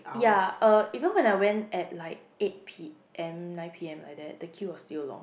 ya uh even when I went at like eight p_m nine p_m like that the queue was still long